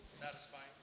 Satisfying